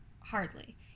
hardly